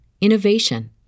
innovation